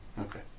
Okay